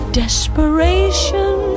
desperation